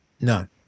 No